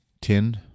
tin